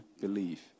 believe